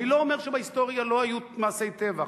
אני לא אומר שבהיסטוריה לא היו מעשי טבח,